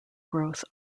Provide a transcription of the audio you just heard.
growth